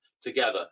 together